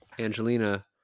angelina